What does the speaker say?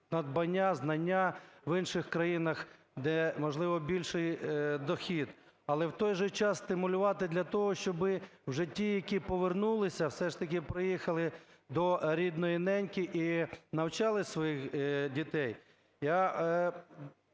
знання в інших країнах, де, можливо, більший дохід. Але в той же час стимулювати для того, щоб в житті, які повернулися, все ж таки приїхали до рідної неньки і навчали своїх дітей.